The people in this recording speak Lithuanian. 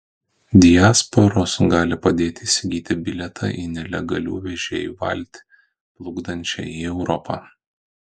diasporos gali padėti įsigyti bilietą į nelegalių vežėjų valtį plukdančią į europą